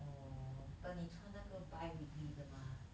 orh but 你穿那个 biweekly 的吗